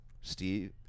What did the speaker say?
Steve